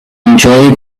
enjoy